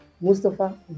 Mustafa